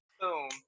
Boom